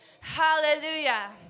Hallelujah